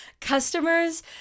customers